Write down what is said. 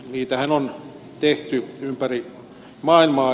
niitähän on tehty ympäri maailmaa